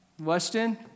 Weston